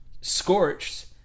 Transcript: scorched